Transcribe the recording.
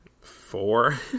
Four